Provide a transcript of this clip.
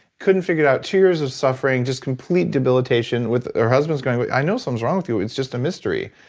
couldn't figure it out. two years of suffering, just complete debilitation. her husband's going, but i know something's wrong with you, it's just a mystery.